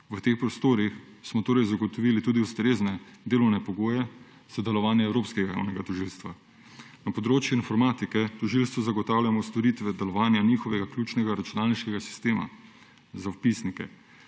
V teh prostorih smo torej zagotovili tudi ustrezne delovne pogoje za delovanje Evropskega javnega tožilstva. Na področju informatike tožilstvu zagotavljamo storitve delovanja njihovega ključnega računalniškega sistema za vpisnike,